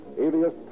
alias